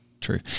true